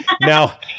Now